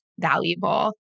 valuable